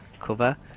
cover